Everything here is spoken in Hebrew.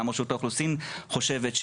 גם רשות האוכלוסין חושבת כך,